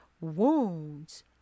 wounds